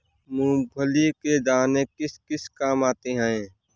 मूंगफली के दाने किस किस काम आते हैं?